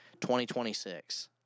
2026